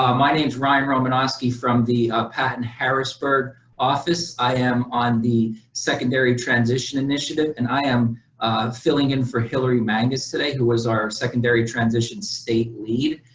my name is ryan romanowski from the patent harrisburg office. i am on the secondary transition initiative and i am filling in for hillary magnus today who was our secondary transition state lead.